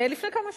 לפני כמה שנים,